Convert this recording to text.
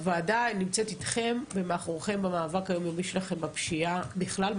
הוועדה נמצאת אתכם ומאחוריכם במאבק היום-יומי שלכם בפשיעה בכלל,